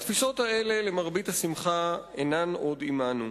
התפיסות האלה, למרבית השמחה, אינן עוד עמנו.